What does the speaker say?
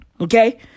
Okay